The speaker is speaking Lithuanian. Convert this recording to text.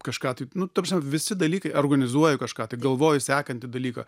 kažką tai nu ta prasme visi dalykai organizuoju kažką tai galvoju sekantį dalyką